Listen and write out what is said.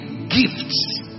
gifts